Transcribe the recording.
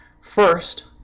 first